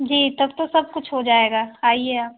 जी तब तो सब कुछ हो जाएगा आइए आप